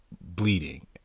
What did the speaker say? bleeding